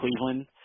Cleveland